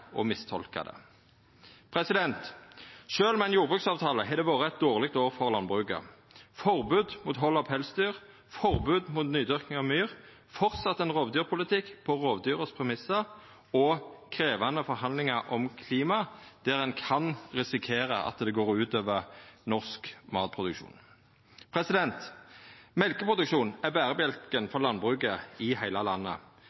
å mistolka det. Sjølv med ei jordbruksavtale har det vore eit dårleg år for landbruket: forbod mot hald av pelsdyr, forbod mot nydyrking av myr, ein rovdyrpolitikk som framleis er på rovdyra sine premissar, og krevjande forhandlingar om klima der ein kan risikera at det går ut over norsk matproduksjon. Mjølkeproduksjon er berebjelken for landbruket i heile landet,